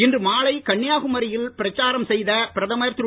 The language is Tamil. இன்று மாலை கன்னியாகுமரியில் பிரச்சாரம் செய்த பிரதமர் திரு